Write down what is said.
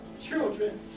children